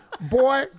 Boy